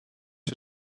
się